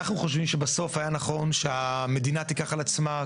אנחנו חושבים שבסוף היה נכון שהמדינה תיקח על עצמה,